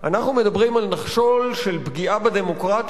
אנחנו מדברים על נחשול של פגיעה בדמוקרטיה,